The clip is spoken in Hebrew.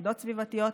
יחידות סביבתיות,